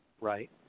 right